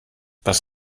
was